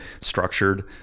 structured